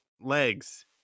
legs